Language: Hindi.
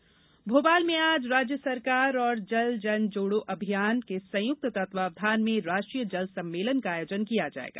जल सम्मेलन भोपाल में आज राज्य सरकार और जल जन जोड़ो अभियान के संयुक्त तत्वाधान में राष्ट्रीय जल सम्मेलन का आयोजन किया जाएगा